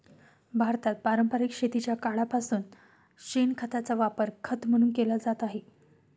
भारतात पारंपरिक शेतीच्या काळापासून शेणखताचा वापर खत म्हणून केला जात आहे